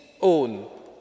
own